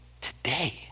today